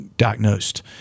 diagnosed